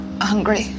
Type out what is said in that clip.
hungry